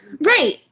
right